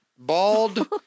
Bald